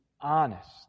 honest